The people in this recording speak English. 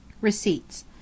receipts